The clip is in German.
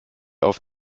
auf